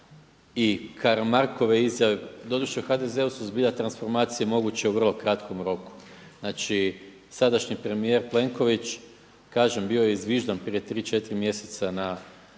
i Karamarkove izjave, doduše u HDZ-u su zbilja transformacije moguće u vrlo kratkom roku. Znači sadašnji premijer Plenković kažem bio je izviždan prije 3, 4 mjeseca na